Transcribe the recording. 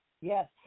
Yes